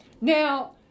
Now